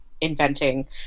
inventing